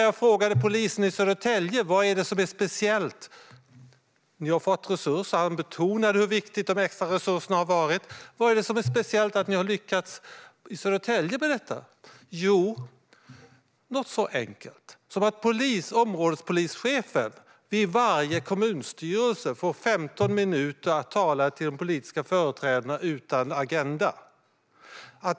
Jag frågade polisen i Södertälje, som betonade hur viktiga de extra resurserna har varit, vad det är speciellt som gör att de i Södertälje har lyckats med detta. Jo, något så enkelt som att områdespolischefen vid varje kommunstyrelsesammanträde får 15 minuter att tala till de politiska företrädarna utan agenda.